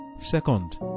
second